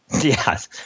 Yes